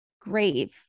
grave